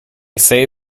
say